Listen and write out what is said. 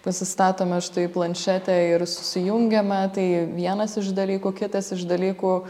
pasistatome štai planšetę ir susijungiame tai vienas iš dalykų kitas iš dalykų